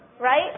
Right